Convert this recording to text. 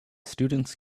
students